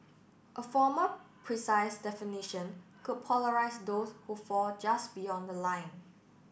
a formal precise definition could polarise those who fall just beyond the line